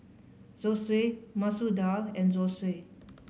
Zosui Masoor Dal and Zosui